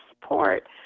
support